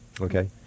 okay